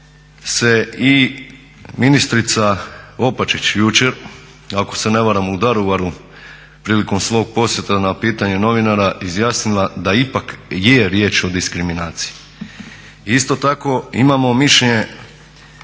se i ministrica Opačić jučer ako se ne varam u Daruvaru prilikom svog posjeta na pitanje novinara izjasnila da ipak je riječ o diskriminaciji. I isto tako imamo mišljenje